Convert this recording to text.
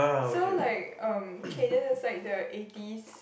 so like um can just like the eighties